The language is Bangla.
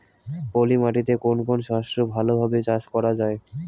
পলি মাটিতে কোন কোন শস্য ভালোভাবে চাষ করা য়ায়?